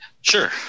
Sure